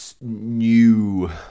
new